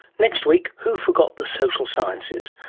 next week, who forgot the social sciences?